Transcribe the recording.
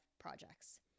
projects